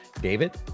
David